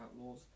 outlaws